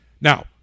Now